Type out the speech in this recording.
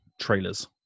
trailers